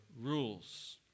rules